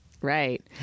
right